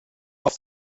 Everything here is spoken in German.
auf